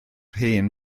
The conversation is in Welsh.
hen